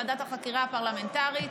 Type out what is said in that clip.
ועדת החקירה הפרלמנטרית,